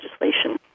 legislation